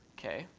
ok,